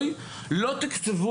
ועד שכבר מפצלים